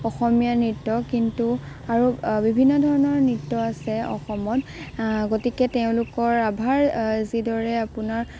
অসমীয়া নৃত্য কিন্তু আৰু বিভিন্ন ধৰণৰ নৃত্য আছে অসমত গতিকে তেওঁলোকৰ আভাস যিদৰে আপোনাৰ